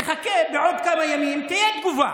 תחכה, בעוד כמה ימים תהיה תגובה,